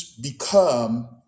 become